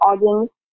audience